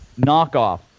knockoff